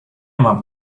mam